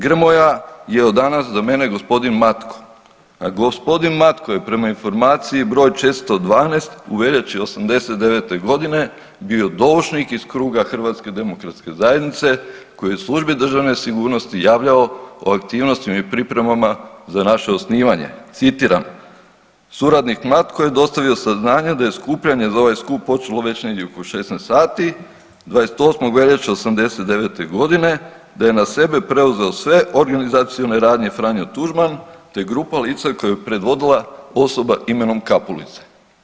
Grmoja je od danas za mene g. Matko, a g. Matko prema informaciji br. 412 u veljači '89.g. bio doušnik iz kruga HDZ-a koji je službi državne sigurnosti javljao o aktivnostima i pripremama za naše osnivanje, citiram Suradnik Matko je dostavio saznanja da je skupljanje za ovaj skup počelo već negdje oko 16 sati 28. veljače '89. godine, da je na sebe preuzeo sve organizacione radnje Franjo Tuđman, te grupa lica koju je predvodila osoba imenom Kapulica.